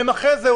ואחרי זה,